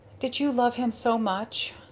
did you love him so much?